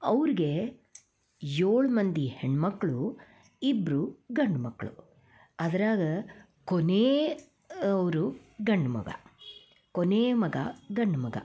ಅವ್ರಿಗೆ ಏಳು ಮಂದಿ ಹೆಣ್ಣು ಮಕ್ಳು ಇಬ್ಬರು ಗಂಡು ಮಕ್ಳು ಅದರಾಗ ಕೊನೆಯವ್ರು ಗಂಡು ಮಗ ಕೊನೆಯ ಮಗ ಗಂಡು ಮಗ